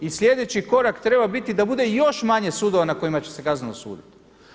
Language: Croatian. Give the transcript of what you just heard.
I sljedeći korak treba biti da bude još manje sudova na kojima će se kazneno suditi.